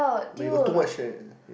but you got too much hair